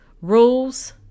rules